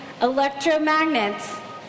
electromagnets